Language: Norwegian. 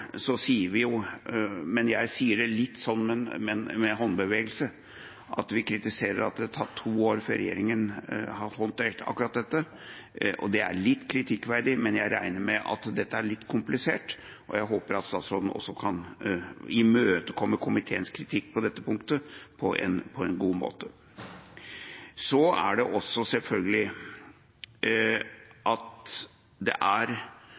Så sier jeg – men jeg sier det litt med en håndbevegelse – at vi kritiserer at det har tatt to år før regjeringa har fått til akkurat dette. Det er litt kritikkverdig, men jeg regner med at dette er litt komplisert. Jeg håper at statsråden også kan imøtekomme komiteens kritikk på dette punktet på en god måte. Så har jeg skrevet «kritikkverdig», og jeg mener det, men jeg mener også det er